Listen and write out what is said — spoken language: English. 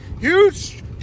Huge